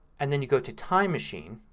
and then you go to time machine